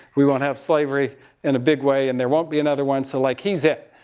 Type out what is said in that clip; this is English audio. we won't have slavery in a big way, and there won't be another one, so, like, he's it.